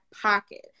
pocket